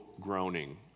groaning